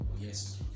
Yes